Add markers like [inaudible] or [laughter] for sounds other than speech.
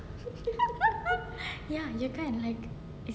[laughs] ya ya kan is